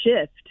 shift